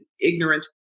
ignorant